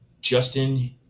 Justin